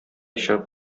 чыгып